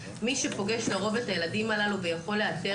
מי שפוגש לרוב את הילדים הללו ויכול לאתר